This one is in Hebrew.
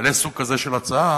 מעלה סוג כזה של הצעה,